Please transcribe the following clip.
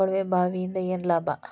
ಕೊಳವೆ ಬಾವಿಯಿಂದ ಏನ್ ಲಾಭಾ?